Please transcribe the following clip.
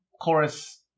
chorus